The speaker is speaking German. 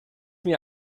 mir